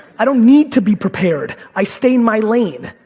i don't need to be prepared, i stay in my lane.